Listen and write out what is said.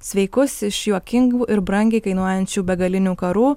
sveikus iš juokingų ir brangiai kainuojančių begalinių karų